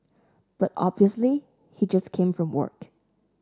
but obviously he just came from work